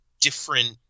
different